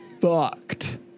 fucked